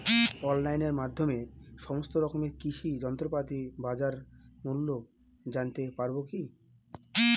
অনলাইনের মাধ্যমে সমস্ত রকম কৃষি যন্ত্রপাতির বাজার মূল্য জানতে পারবো কি?